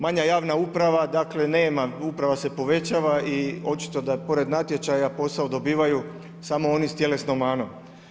Manja javna uprava, dakle nema, uprava se povećava i očito da pored natječaja posao dobivaju samo oni s tjelesnom manom.